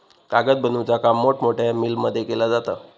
कागद बनवुचा काम मोठमोठ्या मिलमध्ये केला जाता